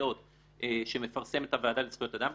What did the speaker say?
פרשניות שמפרסמת הוועדה לזכויות האדם,